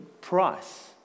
price